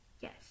Yes